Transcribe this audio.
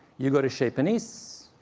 you go to chez panisse,